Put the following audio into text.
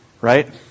Right